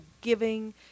giving